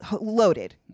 loaded